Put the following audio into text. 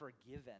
forgiven